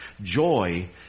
Joy